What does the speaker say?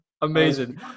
Amazing